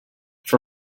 for